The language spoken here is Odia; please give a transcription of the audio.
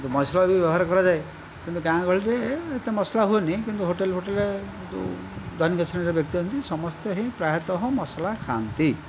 ମସଲା ବି ବ୍ୟବହାର କରାଯାଏ କିନ୍ତୁ ଗାଁ ଗହଳିରେ ଏତେ ମସଲା ହୁଏନି କିନ୍ତୁ ହୋଟେଲ୍ ଫୋଟେଲରେ ଯେଉଁ ଧନୀକ ଶ୍ରେଣୀର ବ୍ୟକ୍ତି ଅଛନ୍ତି ସମସ୍ତେ ହିଁ ପ୍ରାୟତଃ ମସଲା ଖାଆନ୍ତି